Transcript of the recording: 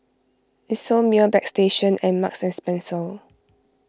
Isomil Bagstationz and Marks and Spencer